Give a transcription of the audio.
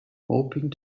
hoping